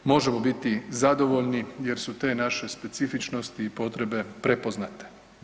Možemo biti zadovoljni jer su te naše specifičnosti i potrebe prepoznate.